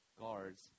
guards